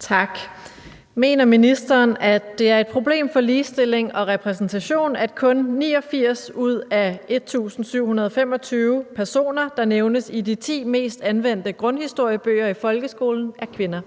(RV): Mener ministeren, at det er et problem for ligestilling og repræsentation, at kun 89 ud af 1.725 personer, der nævnes i de ti mest anvendte grundhistoriebøger i folkeskolen, er kvinder?